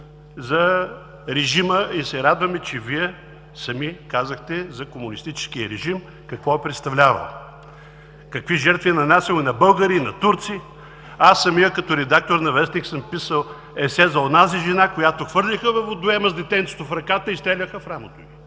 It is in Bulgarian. за режима и се радваме, че Вие сами казахте за комунистическия режим какво е представлявал, какви жертви е нанасял и на българи, и на турци. Аз самият, като редактор на вестник, съм писал есе за онази жена, която хвърлиха във водоема с детенцето в ръката и стреляха в рамото й